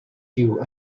queue